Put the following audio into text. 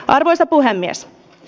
arvoisa puhemies